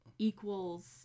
equals